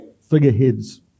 figureheads